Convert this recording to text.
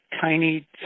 tiny